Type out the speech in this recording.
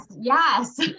Yes